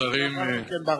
ולאחר מכן,